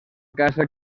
casa